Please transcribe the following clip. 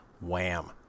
Wham